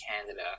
Canada